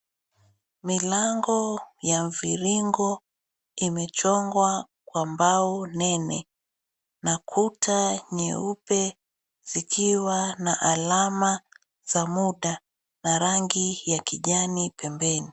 Milango ya mviringo imechongwa kwa mbao nene na kuta nyeupe zikiwa na alama za muda na rangi ya kijani pembeni.